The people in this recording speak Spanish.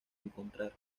encontrar